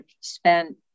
spent